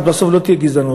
אז בסוף לא תהיה גזענות.